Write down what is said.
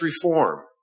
reform